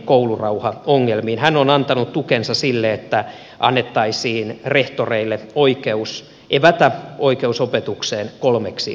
hän on antanut tukensa sille että annettaisiin rehtoreille oikeus evätä oikeus opetukseen kolmeksi päiväksi